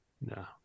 No